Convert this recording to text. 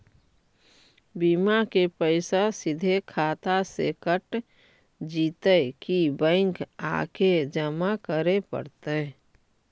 बिमा के पैसा सिधे खाता से कट जितै कि बैंक आके जमा करे पड़तै?